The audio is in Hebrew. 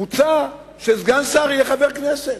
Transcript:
מוצע שסגן שר יהיה חבר כנסת.